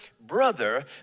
brother